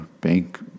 bank